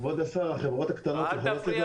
כבוד השר, החברות הקטנות יכולות לדבר?